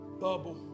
bubble